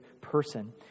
person